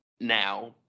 now